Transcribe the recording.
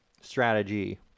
strategy